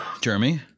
Jeremy